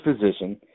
physician